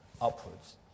upwards